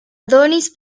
adonis